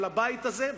על הבית הזה,